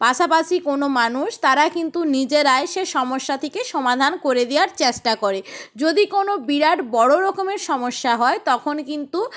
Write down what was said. পাশাপাশি কোনও মানুষ তারা কিন্তু নিজেরা এসে সমস্যা থেকে সমাধান করে দেওয়ার চেষ্টা করে যদি কোনও বিরাট বড় রকমের সমস্যা হয় তখন কিন্তু